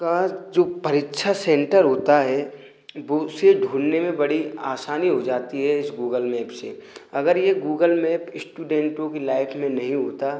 का जो परीक्षा सेंटर होता है वह उसे ढूँढ़ने में बड़ी आसानी हो जाती है इस गूगल मैप से अगर ये गूगल मैप श्टूडेंटों की लाइफ में नहीं होता